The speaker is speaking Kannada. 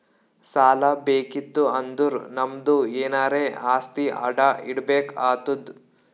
ಸಾಲಾ ಬೇಕಿತ್ತು ಅಂದುರ್ ನಮ್ದು ಎನಾರೇ ಆಸ್ತಿ ಅಡಾ ಇಡ್ಬೇಕ್ ಆತ್ತುದ್